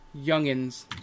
youngins